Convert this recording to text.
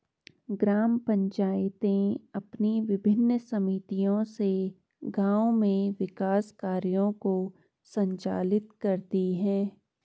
ग्राम पंचायतें अपनी विभिन्न समितियों से गाँव में विकास कार्यों को संचालित करती हैं